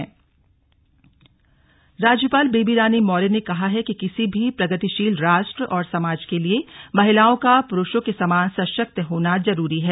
slug राज्यपाल राज्यपाल बेबी रानी मौर्य ने कहा है कि किसी भी प्रगतिशील राष्ट्र और समाज के लिए महिलाओं का पुरुषों के समान सशक्त होना जरूरी है